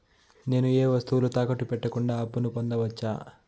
నేను ఏ వస్తువులు తాకట్టు పెట్టకుండా అప్పును పొందవచ్చా?